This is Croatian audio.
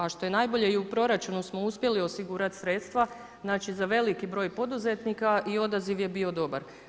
A šta je najbolje i u proračunu smo uspjeli osigurati sredstva znači za veliki broj poduzetnika i odaziv je bio dobar.